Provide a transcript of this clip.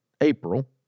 April